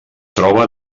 troba